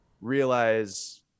realize